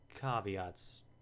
caveats